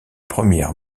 premières